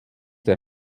der